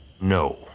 no